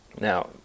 Now